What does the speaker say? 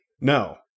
No